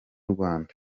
rwanda